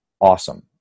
Awesome